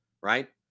right